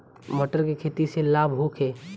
मटर के खेती से लाभ होखे?